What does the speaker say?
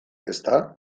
ezta